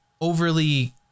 overly